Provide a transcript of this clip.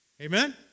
Amen